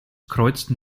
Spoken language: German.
kreuzten